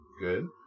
Good